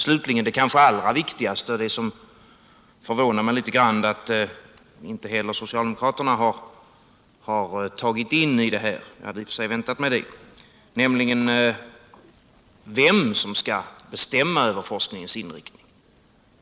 Slutligen det kanske allra viktigaste - det förvånar mig litet grand att inte heller socialdemokraterna har tagit upp detta, för det hade jag väntat mig - nämligen vem som skall bestämma över forskningens inriktning.